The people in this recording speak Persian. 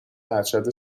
ارشد